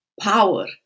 power